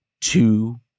two